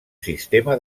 sistema